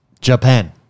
Japan